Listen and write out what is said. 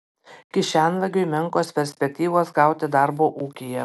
kišenvagiui menkos perspektyvos gauti darbo ūkyje